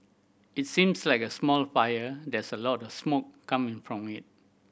it seems like a small fire there's lot a smoke coming from it